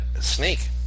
snake